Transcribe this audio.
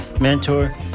mentor